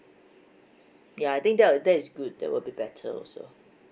ya I think that'll that is good that will be better also